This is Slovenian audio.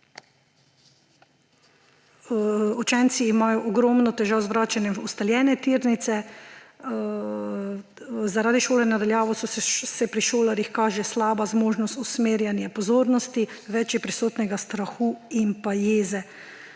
Učenci imajo ogromno težav z vračanjem v ustaljene tirnice. Zaradi šolanja na daljavo so pri šolarjih kaže slaba zmožnost usmerjanje pozornosti, več je prisotnega strahu in jeze.